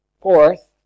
Fourth